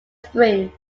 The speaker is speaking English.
springs